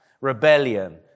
rebellion